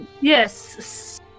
Yes